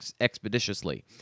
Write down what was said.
expeditiously